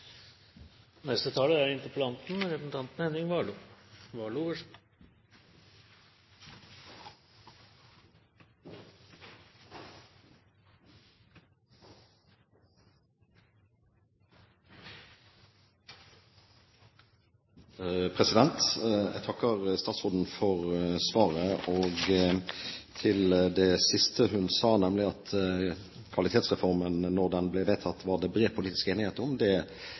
Jeg takker statsråden for svaret. Det siste hun sa, nemlig at det var bred politisk enighet om Kvalitetsreformen da den ble vedtatt, er jo helt klart. Det var også en bred politisk enighet om